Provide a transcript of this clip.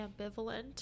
ambivalent